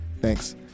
thanks